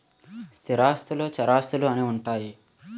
స్థిరాస్తులు చరాస్తులు అని ఉంటాయి